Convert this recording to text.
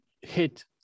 hit